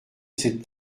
cette